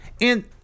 And-